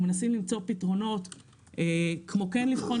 אנחנו מנסים למצוא פתרונות כמו איך לבחון,